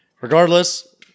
regardless